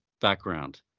background